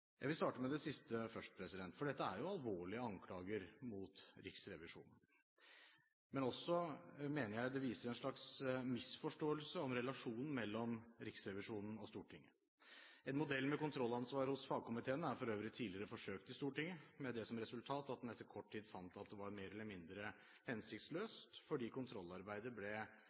Jeg vil starte med det siste først. Dette er jo alvorlige anklager mot Riksrevisjonen. Men jeg synes også det viser en slags misforståelse om relasjonen mellom Riksrevisjonen og Stortinget. En modell med kontrollansvar hos fagkomiteene er for øvrig tidligere forsøkt i Stortinget, med det som resultat at en etter kort tid fant at det var mer eller mindre hensiktsløst, fordi kontrollarbeidet ble